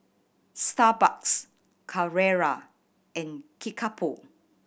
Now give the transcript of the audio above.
Starbucks Carrera and Kickapoo